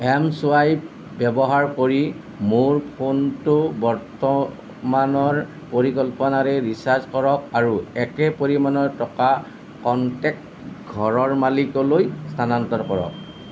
Mswipe ব্যৱহাৰ কৰি মোৰ ফোনটো বৰ্তমানৰ পৰিকল্পনাৰে ৰিচাৰ্জ কৰক আৰু একে পৰিমাণৰ টকা কনটেক্ট ঘৰৰ মালিকলৈ স্থানান্তৰ কৰক